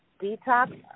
detox